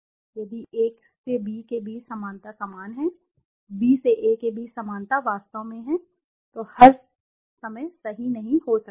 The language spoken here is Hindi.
यदि A से B A से B के बीच समानता समान है B से A के बीच समानता वास्तव में है तो हर समय सही नहीं हो सकता है